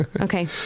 Okay